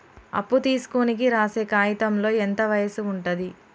అప్పు తీసుకోనికి రాసే కాయితంలో ఎంత వయసు ఉంటది?